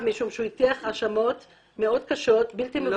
המכתב עורר זעם רב משום שהוא הטיח האשמות קשות ובלתי-מבוססות.